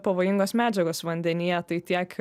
pavojingos medžiagos vandenyje tai tiek